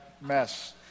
mess